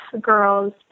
girls